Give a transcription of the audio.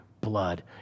blood